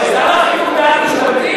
מה זה, שר החינוך בעד משתמטים?